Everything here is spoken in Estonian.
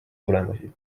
tulemusi